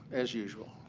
as usual.